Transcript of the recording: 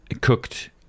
cooked